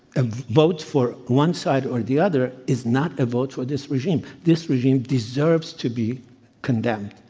a vote for one side or the other is not a vote for this regime. this regime deserves to be condemned.